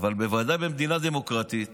אבל בוודאי במדינה דמוקרטית